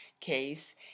case